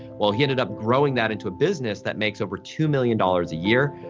well, he ended up growing that into a business that makes over two million dollars a year.